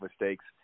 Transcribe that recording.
mistakes